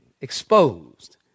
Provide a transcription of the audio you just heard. exposed